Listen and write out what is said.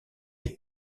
est